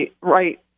right